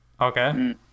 Okay